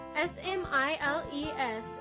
S-M-I-L-E-S